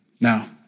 Now